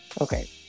Okay